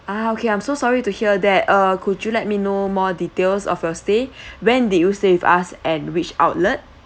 ah okay I'm so sorry to hear that uh could you let me know more details of your stay when did you stay with us and which outlet